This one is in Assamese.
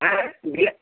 বিলাহী